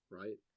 right